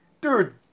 dude